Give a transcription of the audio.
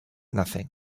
nothing